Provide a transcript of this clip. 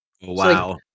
Wow